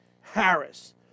Harris